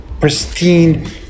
pristine